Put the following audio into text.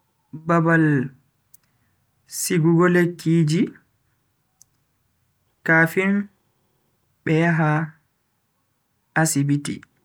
Babal sigugo lekkiji kafin be yaha asibiti.